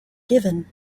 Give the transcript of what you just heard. given